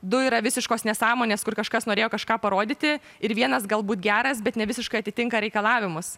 du yra visiškos nesąmonės kur kažkas norėjo kažką parodyti ir vienas galbūt geras bet nevisiškai atitinka reikalavimus